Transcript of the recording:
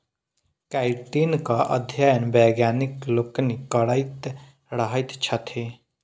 काइटीनक अध्ययन वैज्ञानिक लोकनि करैत रहैत छथि